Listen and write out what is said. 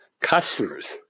Customers